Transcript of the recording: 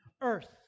earth